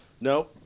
No